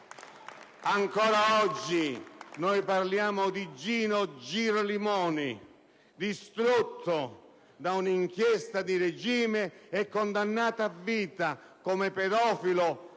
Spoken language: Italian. Ancora oggi noi parliamo di Gino Girolimoni, distrutto da un'inchiesta di regime e condannato a vita come pedofilo